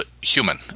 human